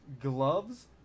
Gloves